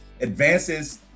advances